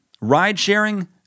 ride-sharing